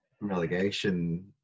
relegation